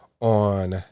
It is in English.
on